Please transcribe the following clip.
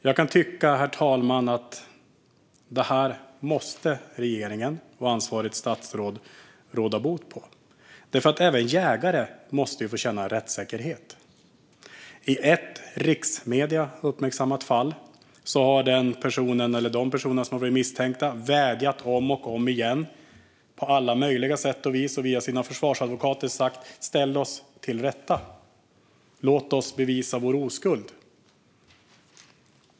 Herr talman! Jag kan tycka att detta måste regeringen och ansvarigt statsråd råda bot på. Även jägare måste få känna rättssäkerhet. I ett i riksmedierna uppmärksammat fall har de personer som varit misstänkta vädjat om och om igen på alla möjliga sätt och vis. De har via sina försvarsadvokater sagt: Ställ oss inför rätta. Låt oss bevisa vår oskuld.